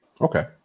okay